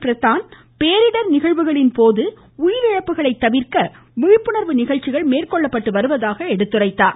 பிரதான் பேரிடர் நிகழ்வுகளின் போது உயிரிழப்புகளை தவிர்க்க விழிப்புணர்வு நிகழ்ச்சிகள் மேற்கொள்ளப்பட்டு வருவதாக கூறினார்